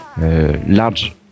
large